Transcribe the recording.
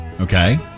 Okay